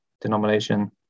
denomination